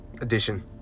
edition